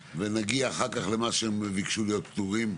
ונגיע אחר כך למה שהם ביקשו להיות פטורים ממנו.